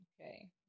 Okay